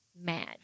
mad